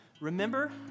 Remember